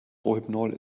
rohypnol